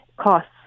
costs